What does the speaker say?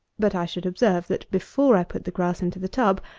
but i should observe, that, before i put the grass into the tub,